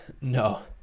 no